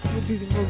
Muchísimo